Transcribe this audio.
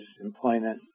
employment